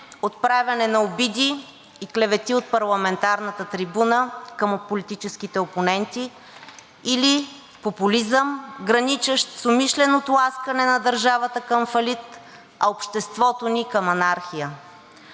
отправяне на обиди и клевети от парламентарната трибуна към политическите опоненти или популизъм, граничещ с умишлено тласкане на държавата към фалит, а обществото ни към анархия.